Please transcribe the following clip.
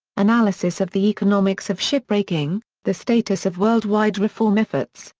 analysis of the economics of shipbreaking, the status of worldwide reform efforts,